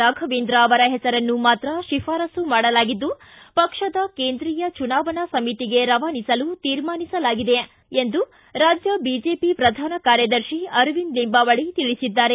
ರಾಫವೇಂದ್ರ ಅವರ ಹೆಸರನ್ನು ಮಾತ್ರ ಶಿಫಾರಸು ಮಾಡಲಾಗಿದ್ದು ಪಕ್ಷದ ಕೇಂದ್ರೀಯ ಚುನಾವಣಾ ಸಮಿತಿಗೆ ರವಾನಿಸಲು ತೀರ್ಮಾನಿಸಲಾಗಿದೆ ಎಂದು ರಾಜ್ಯ ಬಿಜೆಪಿ ಪ್ರಧಾನ ಕಾರ್ಯದರ್ಶಿ ಅರವಿಂದ ಲಿಂಬಾವಳಿ ತಿಳಿಸಿದ್ದಾರೆ